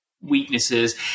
weaknesses